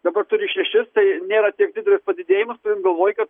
dabar turi šešis tai nėra tiek didelis padidėjimas turint galvoj kad